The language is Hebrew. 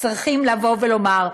צריכים לבוא ולומר: